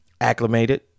acclimated